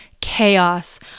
chaos